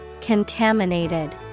Contaminated